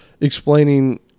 explaining